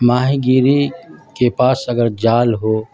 ماہی گیری کے پاس اگر جال ہو